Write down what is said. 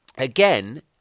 Again